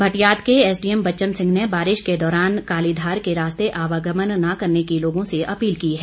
भटियात के एसडीएम बच्चन सिंह ने बारिश के दौरान कालीघार के रास्ते आवागमन न करने की लोगों से अपील की है